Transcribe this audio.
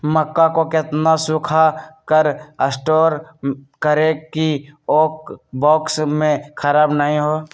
मक्का को कितना सूखा कर स्टोर करें की ओ बॉक्स में ख़राब नहीं हो?